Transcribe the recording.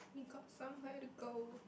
we got somewhere to go